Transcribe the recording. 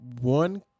One